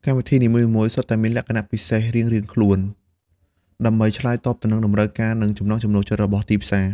កម្មវិធីនីមួយៗសុទ្ធតែមានលក្ខណៈពិសេសរៀងៗខ្លួន ដើម្បីឆ្លើយតបទៅនឹងតម្រូវការ និងចំណង់ចំណូលចិត្តរបស់ទីផ្សារ។